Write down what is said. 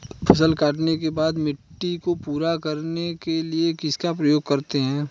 फसल काटने के बाद मिट्टी को पूरा करने के लिए किसका उपयोग करते हैं?